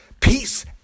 Peace